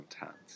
intense